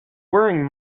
wearing